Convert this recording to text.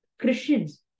Christians